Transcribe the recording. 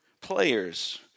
players